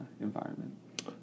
environment